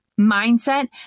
mindset